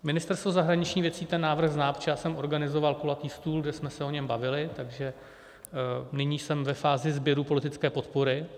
Ministerstvo zahraničních věcí ten návrh zná, protože já jsem organizoval kulatý stůl, kde jsme se o něm bavili, takže nyní jsem ve fázi sběru politické podpory.